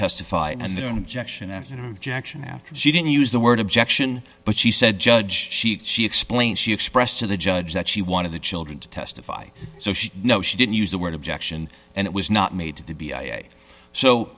after jackson after she didn't use the word objection but she said judge she she explained she expressed to the judge that she wanted the children to testify so she no she didn't use the word objection and it was not made to be ira so